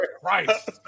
Christ